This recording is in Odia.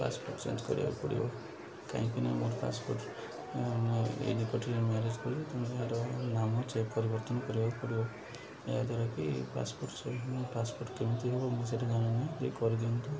ପାସପୋର୍ଟ ଚେଞ୍ଜ୍ କରିବାକୁ ପଡ଼ିବ କାହିଁକି ନା ମୋର ପାସପୋର୍ଟ ଏଇ ନିକଟିରେ ମ୍ୟାରେଜ୍ କଲି ତେଣୁଏହାର ନାମ ପରିବର୍ତ୍ତନ କରିବାକୁ ପଡ଼ିବ ଏହାଦ୍ଵାରାକି ପାସପୋର୍ଟ ପାସପୋର୍ଟ କେମିତି ହେବ ମୁଁ ସେଇଟା ଜାଣିନାହିଁ ଯେ କରିଦିଅନ୍ତୁ